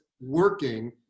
working